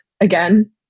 again